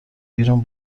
بیرون